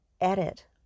edit